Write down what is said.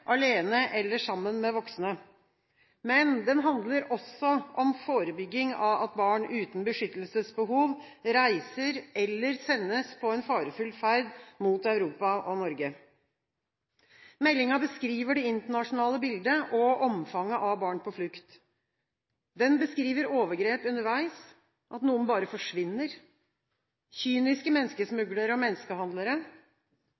alene eller sammen med voksne. Men den handler også om å forebygge at barn uten beskyttelsesbehov reiser eller sendes på en farefull ferd mot Europa og Norge. Meldingen beskriver det internasjonale bildet og omfanget av barn på flukt. Den beskriver overgrep underveis, at noen bare forsvinner, kyniske